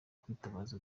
kwitabaza